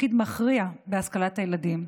תפקיד מכריע בהשכלת הילדים,